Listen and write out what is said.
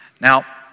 Now